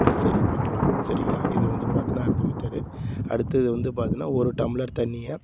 இதை சரி பண்ணலாம் சரிங்களா இதை வந்து பார்த்தின்னா அடுத்த மெத்தர்டு அடுத்தது வந்து பார்த்தின்னா ஒரு டம்ளர் தண்ணியை